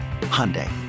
Hyundai